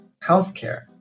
healthcare